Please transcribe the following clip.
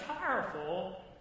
powerful